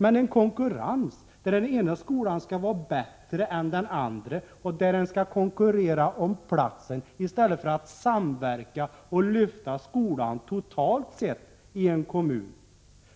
Men en konkurrens, där den ena skolan skall vara bättre än den andra i stället för att samverka och lyfta skolan totalt sett i en kommun,